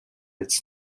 its